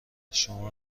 شما